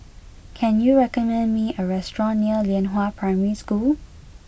can you recommend me a restaurant near Lianhua Primary School